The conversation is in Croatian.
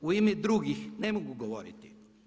U ime drugih ne mogu govoriti.